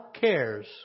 cares